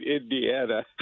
Indiana